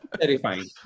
Terrifying